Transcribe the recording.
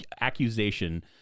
accusation